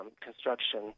construction